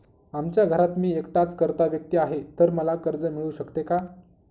आमच्या घरात मी एकटाच कर्ता व्यक्ती आहे, तर मला कर्ज मिळू शकते का?